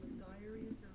diaries,